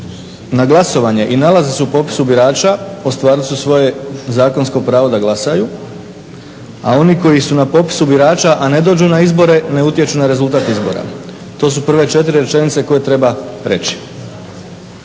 na glasovanje i nalaze se na popisu birača ostvarili su svoje zakonsko pravo da glasaju, a oni koji su na popisu birača a ne dođu na izbore ne utječu na rezultat izbora. To su prve 4 rečenice koje treba reći.